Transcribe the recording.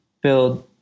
build